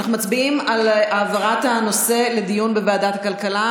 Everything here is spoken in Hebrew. אנחנו מצביעים על העברת הנושא לדיון בוועדת הכלכלה.